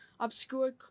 obscure